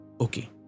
Okay